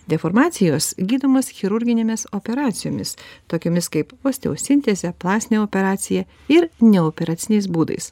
deformacijos gydomos chirurginėmis operacijomis tokiomis kaip osteosintezė plastinė operacija ir neoperaciniais būdais